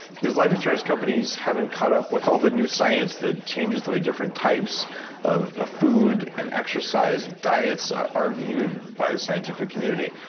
because life insurance companies haven't caught up with all the new science that changes the way different types of ah food and exercise, and diets, are viewed by the scientific community.